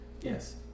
Yes